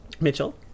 Mitchell